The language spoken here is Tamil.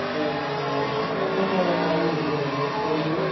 அப்பக்கோவ தழை இருக்கின்றது கொடி